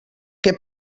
què